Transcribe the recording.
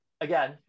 Again